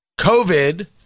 COVID